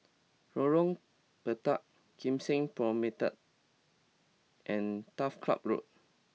Lorong Pendek Kim Seng Promenade and Turf Ciub Road